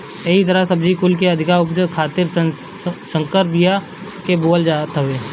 एही तहर सब्जी कुल के अधिका उपज खातिर भी संकर बिया के बोअल जात हवे